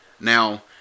Now